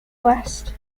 west